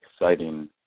exciting